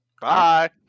Bye